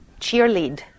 cheerlead